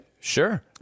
Sure